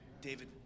David